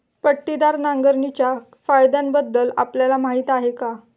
पट्टीदार नांगरणीच्या फायद्यांबद्दल आपल्याला माहिती आहे का?